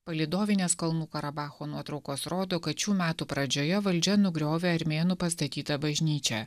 palydovinės kalnų karabacho nuotraukos rodo kad šių metų pradžioje valdžia nugriovė armėnų pastatytą bažnyčią